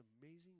amazing